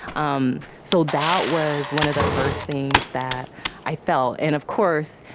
um so that was one of the first things that i felt, and of course,